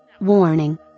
Warning